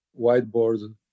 whiteboard